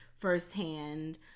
firsthand